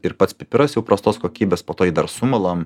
ir pats pipiras jau prastos kokybės po to jį dar sumalam